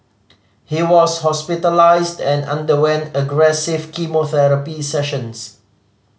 he was hospitalised and underwent aggressive chemotherapy sessions